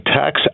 tax